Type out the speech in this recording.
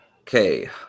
Okay